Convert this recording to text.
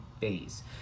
phase